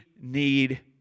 need